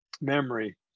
Memory